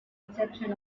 reception